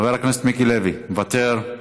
חבר הכנסת מיקי לוי, מוותר,